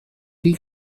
chi